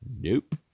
Nope